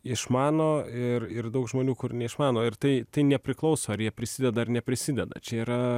išmano ir ir daug žmonių kur neišmano ir tai nepriklauso ar jie prisideda ar neprisideda čia yra